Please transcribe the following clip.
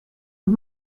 und